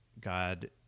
God